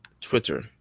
Twitter